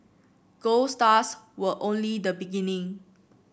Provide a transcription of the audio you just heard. gold stars were only the beginning